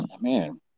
man